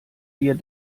wir